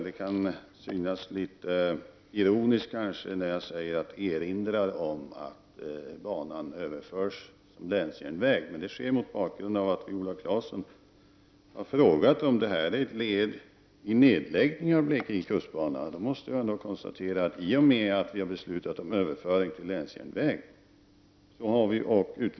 Det kan synas litet ironiskt att jag erinrar om att banan överförs till länsjärnväg, men det sker mot bakgrund av att Viola Claesson har frågat om det uteblivna underhållet är ett led i en nedläggning av Blekinge kustbana.